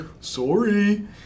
sorry